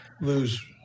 lose